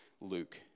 Luke